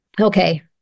Okay